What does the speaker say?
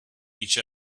each